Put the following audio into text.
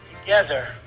Together